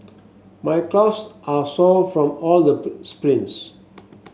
my calves are sore from all the sprints